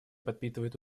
подпитывает